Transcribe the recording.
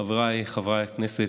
חבריי חברי הכנסת,